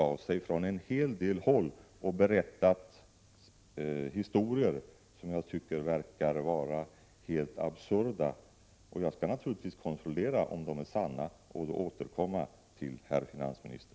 Är finansministern beredd uttala att Folksam/försäkringsbolag inte bör spekulera på osäkra finansmarknader med fackföreningsmedlemmars sjukförsäkringspremier?